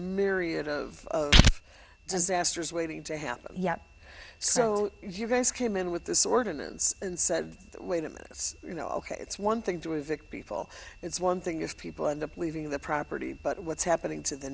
myriad of disasters waiting to happen yet so if you guys came in with this ordinance and said wait a minute you know ok it's one thing to evict people it's one thing is people end up leaving the property but what's happening to the